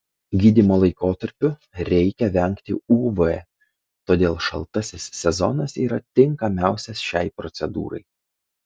gydymo laikotarpiu reikia vengti uv todėl šaltasis sezonas yra tinkamiausias šiai procedūrai